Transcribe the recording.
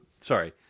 sorry